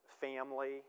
family